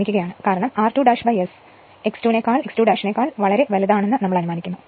കാരണം r2 S x 2 നേക്കാൾ വളരെ വലുതാണെന്ന് നമ്മൾ അനുമാനിക്കുന്നു